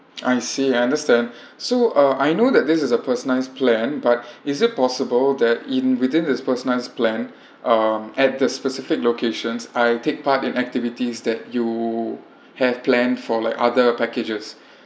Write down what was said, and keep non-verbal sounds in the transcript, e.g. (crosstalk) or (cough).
I see I understand (breath) so uh I know that this is a personalized plan but is it possible that in within this personalized plan (breath) um add these specific locations I'll take part in activities that you have planned for like other packages (breath)